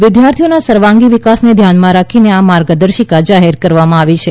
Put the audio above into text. વિદ્યાર્થીઓના સર્વાંગી વિકાસને ધ્યાનમાં રાખીને આ માર્ગદર્શિકા જારી કરવામાં આવી છે